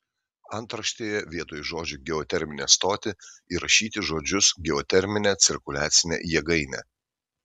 antraštėje vietoj žodžių geoterminę stotį įrašyti žodžius geoterminę cirkuliacinę jėgainę